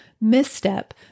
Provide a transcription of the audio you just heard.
misstep